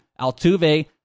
Altuve